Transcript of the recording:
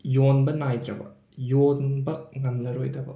ꯌꯣꯟꯕ ꯅꯥꯏꯗ꯭ꯔꯕ ꯌꯣꯟꯕ ꯉꯝꯂꯔꯣꯏꯗꯕ